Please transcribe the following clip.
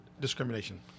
discrimination